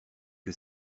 que